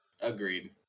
Agreed